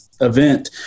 event